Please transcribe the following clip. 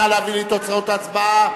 נא להביא לי את תוצאות ההצבעה.